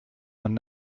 man